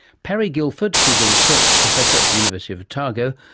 parry guilford, who's a research professor at the university of otago,